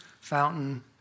fountain